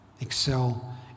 Excel